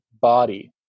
body